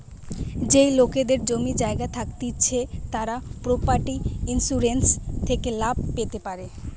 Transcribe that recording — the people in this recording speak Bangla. যেই লোকেদের জমি জায়গা থাকতিছে তারা প্রপার্টি ইন্সুরেন্স থেকে লাভ পেতে পারে